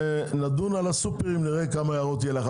כשנדון על הסופרים נראה כמה הערות יהיו לך.